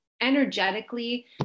energetically